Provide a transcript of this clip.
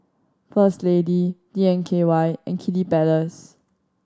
First Lady D N K Y and Kiddy Palace